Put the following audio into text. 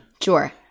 Sure